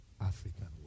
African